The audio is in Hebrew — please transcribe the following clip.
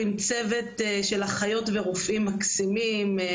עם צוות של אחיות ורופאים מקסימים,